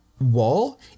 wall